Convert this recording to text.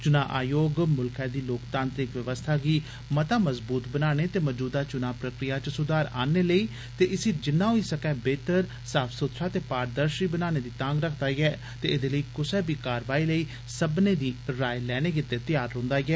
चुना आयोग मुल्खै दी लोतांत्रिक व्यवस्था गी मता मजबूत बनाने ते मजूदा चुना प्रक्रिया च सुधार आनने लेई ते इसी जिन्ना होई सके बेहतर साफ सुथरा ते पारदर्शी बनाने दी तांग रखदा ऐ ते एदे लेई कुसै बी कारवाई लेई सब्बने दी राए लैने गितै त्यार रोंहदा ऐ